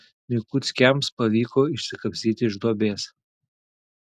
mikuckiams pavyko išsikapstyti iš duobės